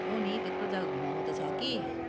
हो नि त्यत्रो जग्गा घुमाउनु त छ कि